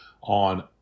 on